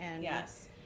Yes